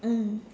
mm